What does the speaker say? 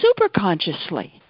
superconsciously